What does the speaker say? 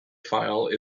file